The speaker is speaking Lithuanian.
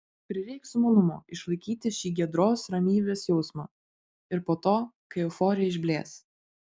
prireiks sumanumo išlaikyti šį giedros ramybės jausmą ir po to kai euforija išblės